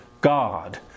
God